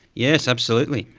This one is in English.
yes, absolutely.